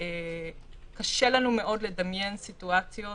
קשה לנו מאוד לדמיין סיטואציות